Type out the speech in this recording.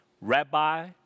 rabbi